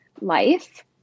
life